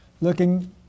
Looking